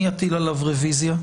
אני אטיל עליו רוויזיה,